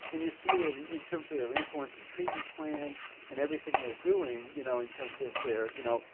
and you see it in in terms of their influence in treatment plans and everything they're doing, you know, in terms of their, you know,